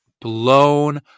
blown